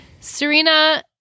Serena